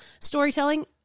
storytelling